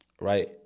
right